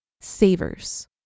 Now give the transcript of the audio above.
Savers